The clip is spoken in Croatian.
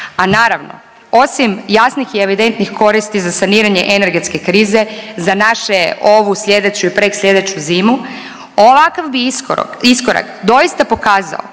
A naravno osim jasnih i evidentnih koristi za saniranje energetske krize za naše, ovu, slijedeću i prek slijedeću zimu ovakav bi iskorak doista pokazao